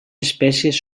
espècies